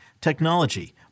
technology